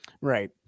right